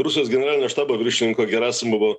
rusijos generalinio štabo viršininko gerasimovo